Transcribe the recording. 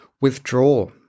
withdraw